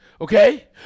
okay